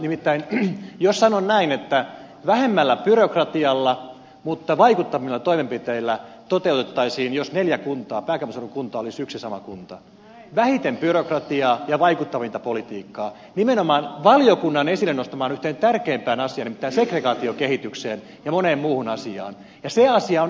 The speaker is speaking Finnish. nimittäin sanon näin että vähemmällä byrokratialla mutta vaikuttavilla toimenpiteillä toteutettaisiin jos neljä pääkaupunkiseudun kuntaa olisivat yksi ja sama kunta vähiten byrokratiaa ja vaikuttavinta politiikkaa nimenomaan valiokunnan esille nostamaan yhteen tärkeimpään asiaan nimittäin segregaatiokehitykseen ja monen muuhun asiaan